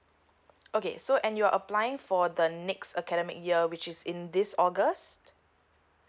okay so and you're applying for the next academic year which is in this august